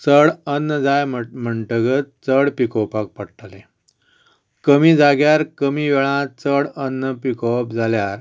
चड अन्न जाय म्हणटकच चड पिकोवपाक पडटलें कमी जाग्यार कमी वेळार चड अन्न पिकोवप जाल्यार